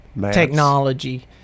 technology